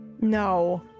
no